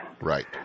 Right